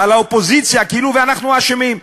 על האופוזיציה, כאילו אנחנו אשמים.